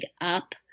up